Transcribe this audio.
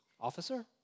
Officer